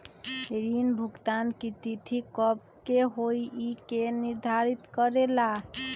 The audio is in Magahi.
ऋण भुगतान की तिथि कव के होई इ के निर्धारित करेला?